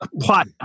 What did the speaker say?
Plot